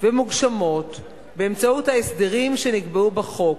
ומוגשמות באמצעות ההסדרים שנקבעו בחוק,